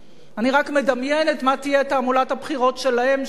אני רק מדמיינת מה תהיה תעמולת הבחירות שלהם, שם,